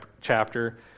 chapter